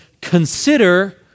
consider